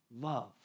love